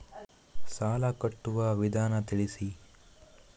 ಸಾಲ ಕಟ್ಟುವ ವಿಧಾನ ತಿಳಿಸಿ?